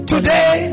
Today